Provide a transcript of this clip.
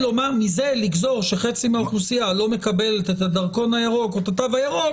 מזה לגזור שחצי מהאוכלוסייה לא מקבלת את הדרכון הירוק או את התו הירוק,